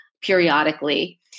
periodically